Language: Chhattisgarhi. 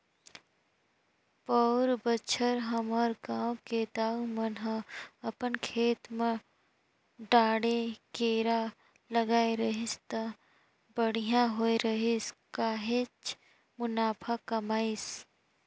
पउर बच्छर हमर गांव के दाऊ मन ह अपन खेत म डांड़े केरा लगाय रहिस त बड़िहा होय रहिस काहेच मुनाफा कमाइस